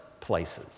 places